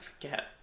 forget